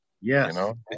Yes